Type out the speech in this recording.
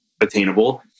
attainable